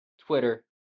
Twitter